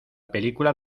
película